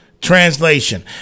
Translation